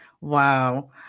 Wow